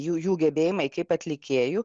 jų jų gebėjimai kaip atlikėjų